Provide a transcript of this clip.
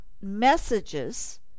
messages